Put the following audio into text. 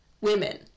women